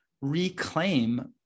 reclaim